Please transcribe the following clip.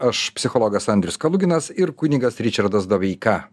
aš psichologas andrius kaluginas ir kunigas ričardas doveika